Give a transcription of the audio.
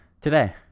today